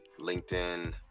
LinkedIn